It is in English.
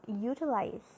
utilize